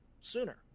sooner